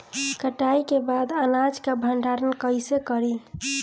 कटाई के बाद अनाज का भंडारण कईसे करीं?